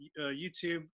YouTube